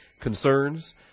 concerns